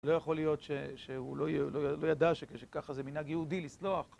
לא יכול להיות שהוא לא ידע שככה זה מנהג יהודי, לסלוח.